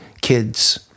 kids